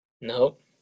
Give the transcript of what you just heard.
Nope